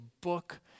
book